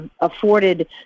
afforded